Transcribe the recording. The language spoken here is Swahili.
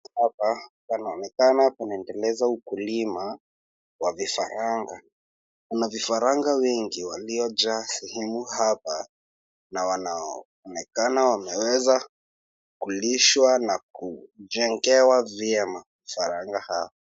Hapa panaonekana panaendeleza ukulima wa vifaranga, kuna vifaranga wengi waliojaa sehemu hapa na wanaonekana wameweza kulishwa na kujengewa vyema vifaranga hawa.